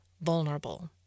vulnerable